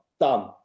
Done